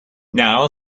now